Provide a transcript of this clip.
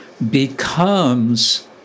Becomes